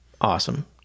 Awesome